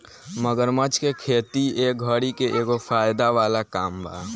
मगरमच्छ के खेती ए घड़ी के एगो फायदा वाला काम बा